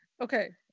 okay